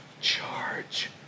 charge